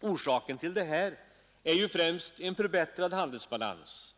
Orsaken är främst en förbättrad handelsbalans.